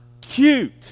cute